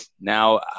Now